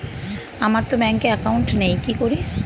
আমারতো ব্যাংকে একাউন্ট নেই কি করি?